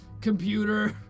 computer